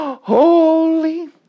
Holy